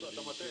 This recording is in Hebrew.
אתה מטעה,